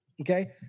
okay